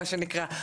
מה שנקרא,